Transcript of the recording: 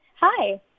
Hi